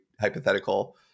hypothetical